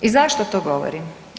I zašto to govorim?